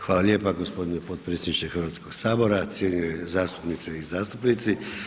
Hvala lijepa gospodine potpredsjedniče Hrvatskoga sabora, cijenjene zastupnice i zastupnici.